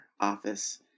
office